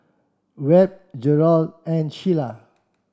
Webb Jerrold and Shelia